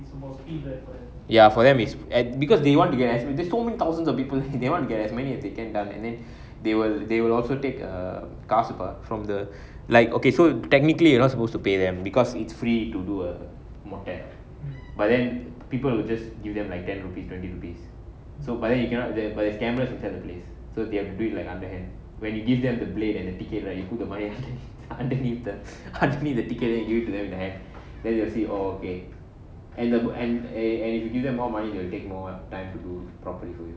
ya for them is because for them they want to get as many there's so many thousands of people they want to get as many as they can and then they will they will also take a காசு பா:kaasu paa from the like okay so technically you not supposed to pay them because it's free to do a மொட்டை:mottai but then people will just give them like ten rupees twenty rupees so but then you cannot but there's cameras inside the place so they will have to do it underhand when you give them the blade and the ticket right you put the money underneathe the ticket then you give them back in their hand then they will see oh okay okayand and if you give them more money they will take more time to do properly for you